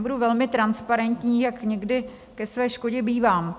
Budu velmi transparentní, jak někdy ke své škodě bývám.